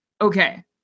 Okay